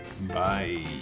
Bye